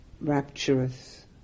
rapturous